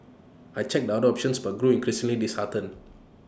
I checked other options but grew increasingly disheartened